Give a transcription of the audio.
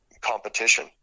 competition